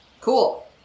Cool